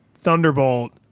Thunderbolt